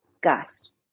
Gust